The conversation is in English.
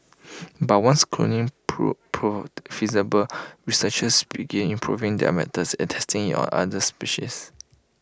but once cloning prove proved feasible researchers began improving their methods and testing IT on other species